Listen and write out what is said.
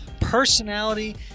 personality